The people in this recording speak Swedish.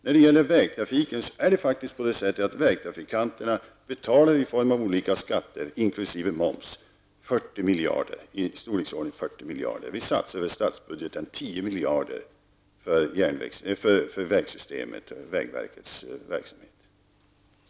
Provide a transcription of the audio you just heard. När det gäller vägtrafiken vill jag säga att det faktiskt är så att vägtrafikanterna i form av olika skatter inkl. moms betalar i storleksordningen 40 miljarder. Vi satsar i statsbudgeten 10 miljarder för vägverkets verksamhet.